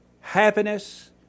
Happiness